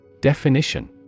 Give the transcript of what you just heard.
Definition